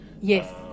Yes